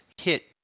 hit